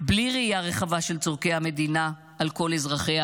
בלי ראייה רחבה של צורכי המדינה על כל אזרחיה